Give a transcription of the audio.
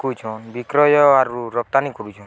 କୁଛନ୍ ବିକ୍ରୟ ଆରୁ ରପ୍ତାନି କୁଛନ୍